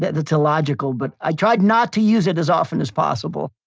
that's illogical, but i tried not to use it as often as possible.